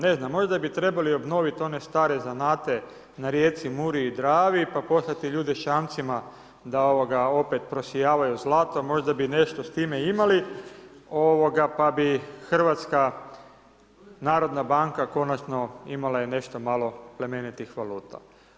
Ne znam, možda bi trebali obnoviti one stare zanate na rijeci Muri i Dravi pa poslati ljude s čamcima da opet prosijavaju zlato, možda bi nešto s time imali pa bi HNB konačno imala i nešto malo plemenitih valuta.